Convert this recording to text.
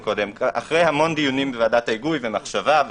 אחרי המון דיונים בוועדת ההיגוי ומחשבה,